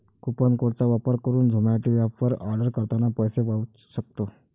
coupon code चा वापर करुन झोमाटो एप वर आर्डर करतांना पैसे वाचउ सक्तो